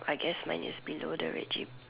I guess mine is below the red jeep